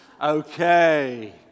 Okay